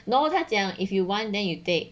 nor 他讲 if you want then you take